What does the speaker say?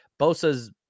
Bosa's